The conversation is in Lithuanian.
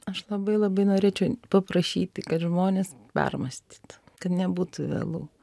aš labai labai norėčiau paprašyti kad žmonės permąstytų kad nebūtų vėlu